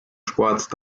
sport